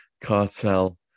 cartel